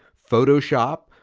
photoshop,